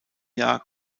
jahr